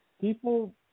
people